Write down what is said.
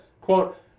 quote